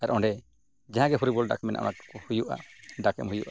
ᱟᱨ ᱚᱸᱰᱮ ᱡᱟᱦᱟᱸ ᱜᱮ ᱦᱚᱨᱤᱵᱚᱞ ᱰᱟᱠ ᱢᱮᱱᱟᱜᱼᱟ ᱚᱱᱟ ᱠᱚ ᱦᱩᱭᱩᱜᱼᱟ ᱰᱟᱠ ᱮᱢ ᱦᱩᱭᱩᱜᱼᱟ